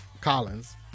Collins